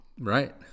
right